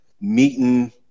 meeting